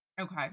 Okay